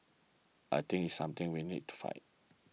I think this is something we need to fight